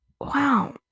wow